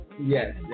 yes